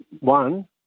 one